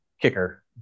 kicker